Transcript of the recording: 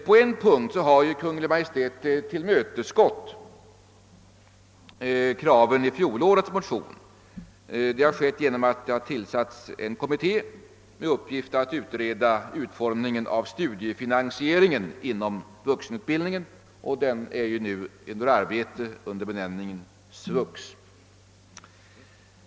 På en punkt har Kungl. Maj:t tillmötesgått kraven i fjolårets motion. Det har skett genom att det har tillsatts en kommitté med uppgift att utreda utformningen av = studiefinansieringen inom vuxenutbildningen — kommittén är redan i arbete under benämningen SVUX.